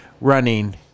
running